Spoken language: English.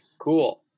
Cool